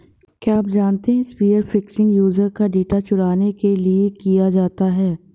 क्या आप जानते है स्पीयर फिशिंग यूजर का डेटा चुराने के लिए किया जाता है?